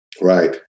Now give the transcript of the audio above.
Right